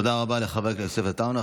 תודה רבה לחבר הכנסת יוסף עטאונה.